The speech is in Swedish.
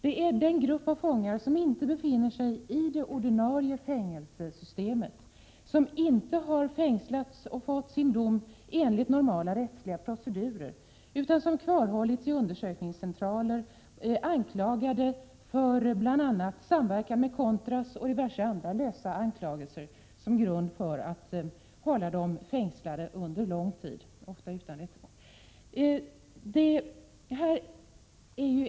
Det är den grupp av fångar som inte befinner sig i det ordinarie fängelsesystemet och som inte har fängslats och fått sin dom enligt normala rättsliga procedurer, utan som kvarhållits i undersökningscentraler. De anklagas för bl.a. samverkan med contras och har på diverse andra lösa grunder hållits fängslade under lång tid, ofta utan rättegång.